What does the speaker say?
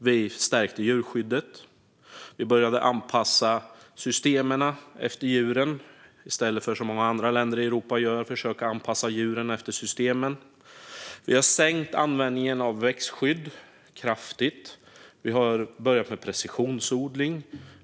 Vi stärkte djurskyddet, och vi började anpassa systemen efter djuren i stället för att som i många andra länder i Europa försöka anpassa djuren efter systemen. Vi har sänkt användningen av växtskydd kraftigt, och vi har börjat med precisionsodling.